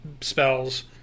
spells